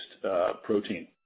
protein